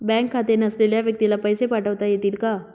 Bank खाते नसलेल्या व्यक्तीला पैसे पाठवता येतील का?